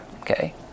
Okay